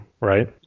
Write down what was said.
right